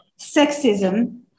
sexism